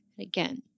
Again